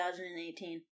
2018